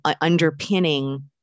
underpinning